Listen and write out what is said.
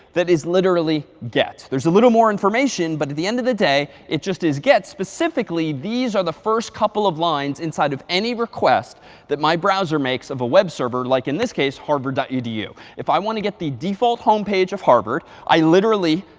that is literally get. there's a little more information, but at the end of the day, it just is get. specifically, these are the first couple of lines inside of any request that my browser makes of a web server, like in this case, harvard ah edu. if i want to get the default home page of harvard, i literally,